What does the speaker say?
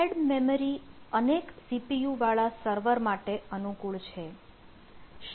shared memory અનેક CPU વાળા server માટે અનુકૂળ છે